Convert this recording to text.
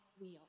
wheel